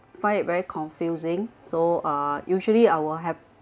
find it very confusing so uh usually I will have